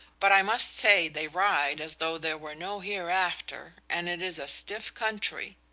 but i must say they ride as though there were no hereafter, and it is a stiff country.